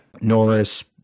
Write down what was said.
Norris